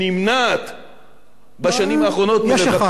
בשנים האחרונות מלבקר את הממשלה או את ראש הממשלה.